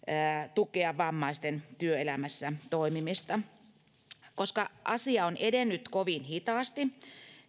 tukea vammaisten työelämässä toimimista koska asia on edennyt kovin hitaasti